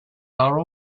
are